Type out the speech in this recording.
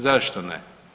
Zašto ne?